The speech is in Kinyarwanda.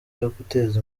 guteza